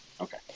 Okay